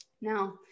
Now